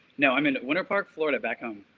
now i'm in winter park, florida back home.